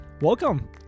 welcome